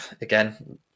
again